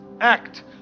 act